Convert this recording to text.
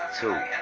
two